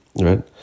right